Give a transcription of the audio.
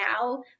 now